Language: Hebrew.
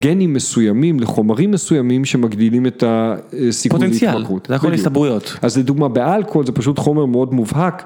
‫גנים מסוימים לחומרים מסוימים ‫שמגדילים את הסיכון להתמכרות. ‫פוטנציאל, זה הכול הסתברויות. ‫-בדיוק. ‫אז לדוגמה, באלכוהול ‫זה פשוט חומר מאוד מובהק.